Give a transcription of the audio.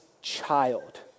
child